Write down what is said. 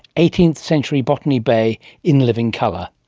eighteenth century botany bay in living colour.